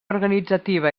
organitzativa